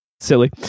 Silly